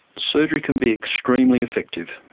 surgery can be extremely effective.